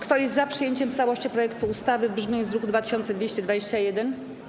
Kto jest za przyjęciem w całości projektu ustawy w brzmieniu z druku nr 2221?